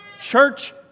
Church